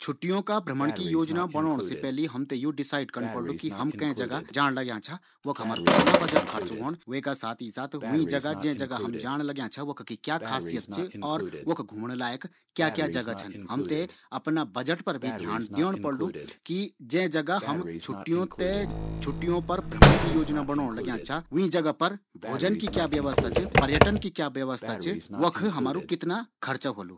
छुट्टियों का भ्रमण की योजना बणोण से पैली हम थें यू डिसाइड करन पड़लू कि हम कै जगह जाण लगयाँ छा? वख हमरु कितना बजट खर्च होंण? और वीं जगह की क्या खासियत च? और वख घूमण लायक कौन कौन सी जगह छन? हम थें अफणा बजट पर भी ध्यान देंण पड़लू। जीं जगह हम जाण लगयाँ छन वीं जगह पर भोजन की क्या व्यवस्था च? पर्यटन की क्या व्यवस्था च? वख हमारु कितना खर्चा होलू?